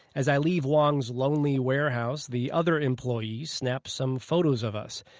as i leave wang's lonely warehouse, the other employee snaps some photos of us.